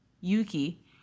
Yuki